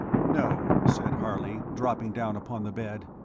no, said harley, dropping down upon the bed,